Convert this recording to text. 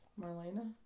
Marlena